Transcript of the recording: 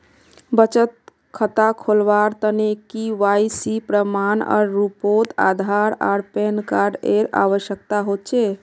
बचत खता खोलावार तने के.वाइ.सी प्रमाण एर रूपोत आधार आर पैन कार्ड एर आवश्यकता होचे